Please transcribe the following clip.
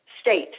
state